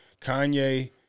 Kanye